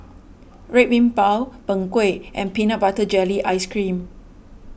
Red Bean Bao Png Kueh and Peanut Butter Jelly Ice Cream